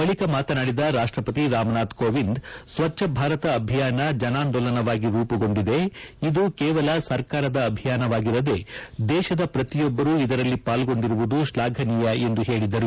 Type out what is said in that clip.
ಬಳಿಕ ಮಾತನಾಡಿದ ರಾಷ್ಟಪತಿ ರಾಮ್ನಾಥ್ ಕೋವಿಂದ್ ಸ್ವಚ್ಧ ಭಾರತ ಅಭಿಯಾನ ಜನಾಂದೋಲನವಾಗಿ ರೂಪುಗೊಂಡಿದೆ ಇದು ಕೇವಲ ಸರ್ಕಾರದ ಅಭಿಯಾನವಾಗಿರದೆ ದೇಶದ ಪ್ರತಿಯೊಬ್ಬರೂ ಇದರಲ್ಲಿ ಪಾಲ್ಗೊಂಡಿರುವುದು ಶ್ಲಾಘನೀಯ ಎಂದು ಹೇಳಿದರು